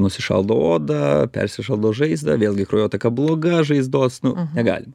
nusišaldo odą persišaldo žaizdą vėlgi kraujotaka bloga žaizdos nu negalima